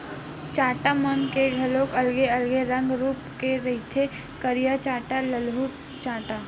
चाटा मन के घलोक अलगे अलगे रंग रुप के रहिथे करिया चाटा, ललहूँ चाटा